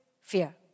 fear